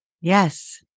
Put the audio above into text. Yes